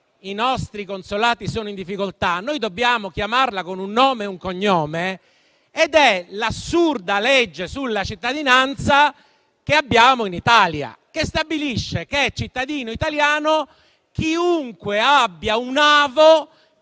i nostri consolati sono in difficoltà dobbiamo chiamarla con un nome e un cognome ed è l'assurda legge sulla cittadinanza che abbiamo in Italia, che stabilisce che è cittadino italiano chiunque abbia un avo,